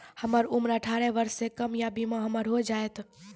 हमर उम्र अठारह वर्ष से कम या बीमा हमर हो जायत?